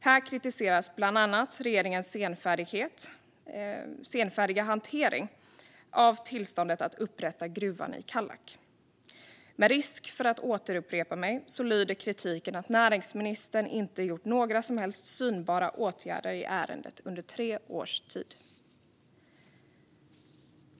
Här kritiseras bland annat regeringens senfärdiga hantering av tillståndet för att upprätta gruvan i Kallak. Med risk för att återupprepa mig kan jag säga att kritiken lyder att näringsministern inte gjort några som helst synbara åtgärder i ärendet under tre års tid.